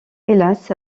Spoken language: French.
hélas